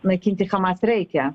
naikinti hamas reikia